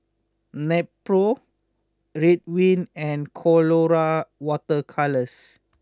Nepro Ridwind and Colora Water Colours